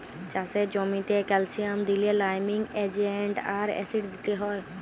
চাষের জ্যামিতে ক্যালসিয়াম দিইলে লাইমিং এজেন্ট আর অ্যাসিড দিতে হ্যয়